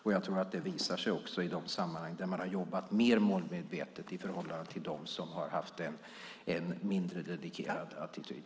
Jag tror också att det visar sig i de sammanhang där man har jobbat mer målmedvetet i förhållande till dem som har haft en mindre dedikerad attityd.